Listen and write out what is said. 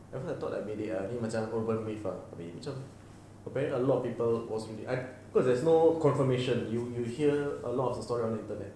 at first I thought like bedek lah ini macam global myth ah tapi macam then a lot of people was really cause there is no confirmation you you hear a lot of the story on the internet